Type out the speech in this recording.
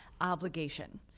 obligation